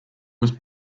was